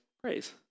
praise